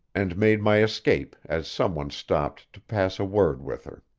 and made my escape as some one stopped to pass a word with her.